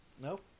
Nope